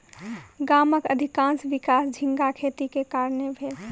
गामक अधिकाँश विकास झींगा खेतीक कारणेँ भेल